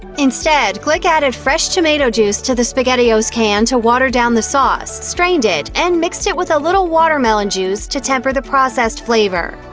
instead, gleich added fresh tomato juice to the spaghettios can to water down the sauce, strained it, and mixed it with a little watermelon juice to temper the processed flavor.